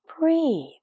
breathe